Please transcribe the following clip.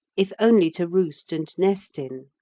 if only to roost and nest in.